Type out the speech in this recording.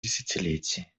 десятилетий